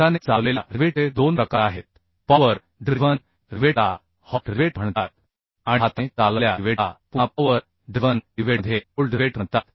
हाताने चालवलेल्या रिवेटचे दोन प्रकार आहेत पॉवर ड्रिव्हन रिवेटला हॉट रिवेट म्हणतात आणि हाताने चालवलेल्या रिवेटला पुन्हा पॉवर ड्रिव्हन रिवेटमध्ये कोल्ड रिवेट म्हणतात